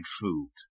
food